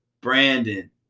Brandon